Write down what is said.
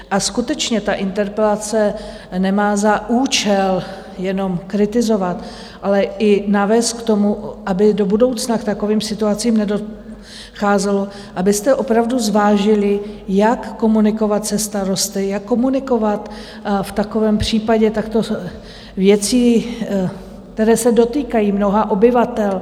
A skutečně ta interpelace nemá za účel jenom kritizovat, ale i navést k tomu, aby do budoucna k takovým situacím nedocházelo, abyste opravdu zvážili, jak komunikovat se starosty, jak komunikovat v takovém případě u takovýchto věcí, které se dotýkají mnoha obyvatel.